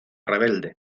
rebelde